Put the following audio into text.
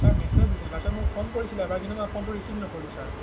sir message দিছিলে তাৰপিছত মোক ফোন কৰিছিলে এবাৰ কিন্তু মই ফোনটো ৰিচিভ নকৰিলোঁ ছাৰ